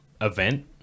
event